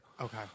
Okay